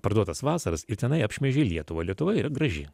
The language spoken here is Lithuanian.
parduotas vasaras ir tenai apšmeižė lietuvą lietuva ir graži